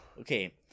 Okay